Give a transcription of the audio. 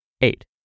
Eight